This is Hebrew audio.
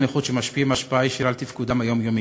נכות שמשפיעים השפעה ישירה על תפקודם היומיומי.